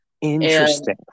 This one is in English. Interesting